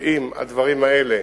שאם הדברים האלה